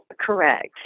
Correct